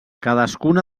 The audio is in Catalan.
cadascuna